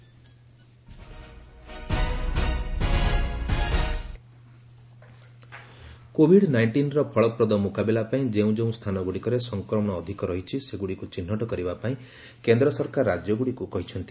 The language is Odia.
ସେଣ୍ଟର କୋଭିଡ୍ ମ୍ୟାନେଜମେଣ୍ଟ କୋଭିଡ୍ ନାଇଷ୍ଟିନ୍ର ଫଳପ୍ରଦ ମୁକାବିଲା ପାଇଁ ଯେଉଁ ଯେଉଁ ସ୍ଥାନଗୁଡ଼ିକରେ ସଫକ୍ରମଣ ଅଧିକ ରହିଛି ସେଗୁଡ଼ିକୁ ଚିହ୍ନଟ କରିବା ପାଇଁ କେନ୍ଦ୍ର ସରକାର ରାଜ୍ୟଗୁଡ଼ିକୁ କହିଛନ୍ତି